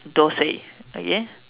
dosai okay